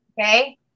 Okay